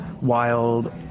wild